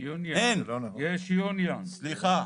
יש Unions,